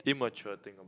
immature thing